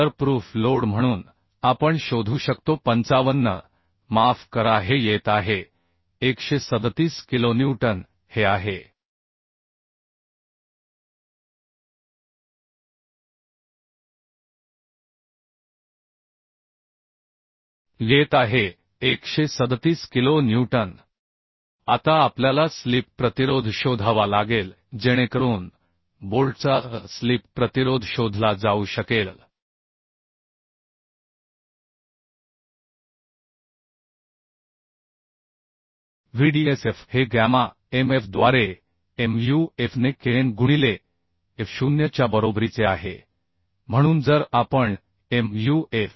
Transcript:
तर proof load म्हणून आपण शोधू शकतो 55 माफ करा हे येत आहे 137 किलोन्यूटन हे आहे येत आहे 137 किलो न्यूटन आता आपल्याला स्लिप प्रतिरोध शोधावा लागेल जेणेकरून बोल्टचा स्लिप प्रतिरोध शोधला जाऊ शकेल Vdsf हे गॅमा Mf द्वारे Mu f ne kn गुणिले F0 च्या बरोबरीचे आहे म्हणून जर आपण Mu f